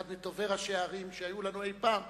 אחד מטובי ראשי הערים שהיו לנו אי-פעם,